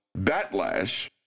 Batlash